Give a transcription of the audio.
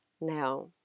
now